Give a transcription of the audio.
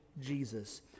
Jesus